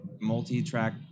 multi-track